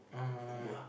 uh